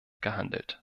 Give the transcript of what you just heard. gehandelt